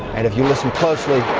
and if you listen closely,